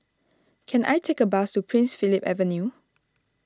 can I take a bus to Prince Philip Avenue